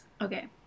Okay